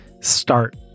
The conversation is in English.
start